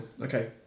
Okay